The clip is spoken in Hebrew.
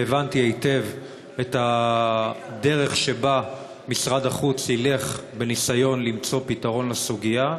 והבנתי היטב את הדרך שבה משרד החוץ הילך בניסיון למצוא פתרון לסוגיה.